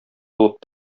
булып